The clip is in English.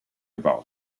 about